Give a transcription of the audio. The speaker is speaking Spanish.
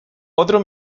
otro